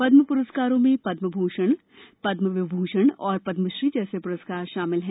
पद्म पुरस्कारों में पद्म विभूषण पद्म भूषण और पद्मश्री जैसे पुरस्कार शामिल हैं